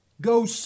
go